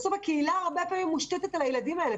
הקהילה הרבה פעמים מושתת על הילדים האלה,